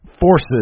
forces